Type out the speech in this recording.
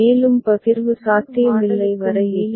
மேலும் பகிர்வு சாத்தியமில்லை வரை இது தொடர்கிறது